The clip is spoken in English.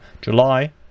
July